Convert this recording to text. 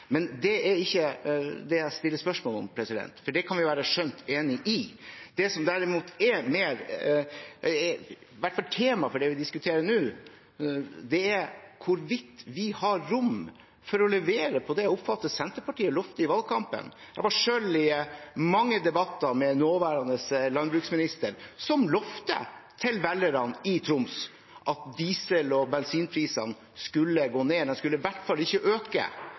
Men det er ikke det jeg stiller spørsmål om, for det kan vi skjønt være enige om. Det som derimot er temaet for det vi diskuterer nå, er hvorvidt vi har rom for å levere på det jeg oppfatter at Senterpartiet lovte i valgkampen. Jeg var selv i mange debatter med nåværende landbruksminister, som lovte velgerne i Troms at diesel- og bensinprisene skulle gå ned – de skulle i hvert fall ikke øke.